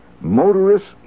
Motorists